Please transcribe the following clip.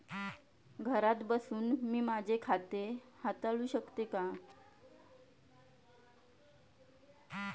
घरात बसून मी माझे खाते हाताळू शकते का?